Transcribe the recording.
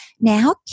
now